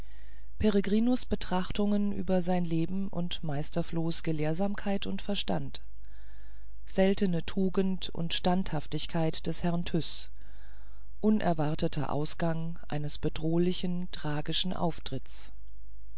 peregrinus betrachtungen über sein leben und meister flohs gelehrsamkeit und verstand seltene tugend und standhaftigkeit des herrn tyß unerwarteter ausgang eines bedrohlichen tragischen auftritts